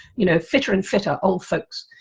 you know, fitter and fitter old folks.